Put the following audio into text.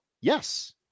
yes